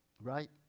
Right